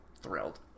thrilled